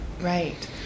Right